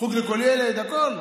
חוג לכל ילד, הכול.